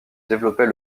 développait